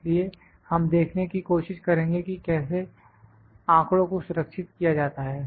इसलिए हम देखने की कोशिश करेंगे कि कैसे आंकड़ों को सुरक्षित किया जाता है